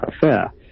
fair